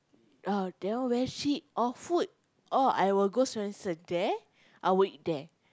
ah they all very cheap or food oh I will go Swensen there I will eat there